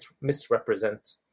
misrepresent